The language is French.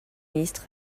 ministre